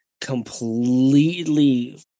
completely